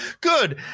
Good